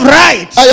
right